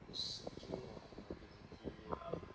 skill